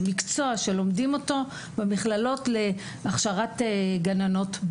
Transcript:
זה מקצוע שלומדים אותו במכללות להכשרת גננות.